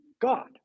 God